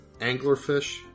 Anglerfish